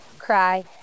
cry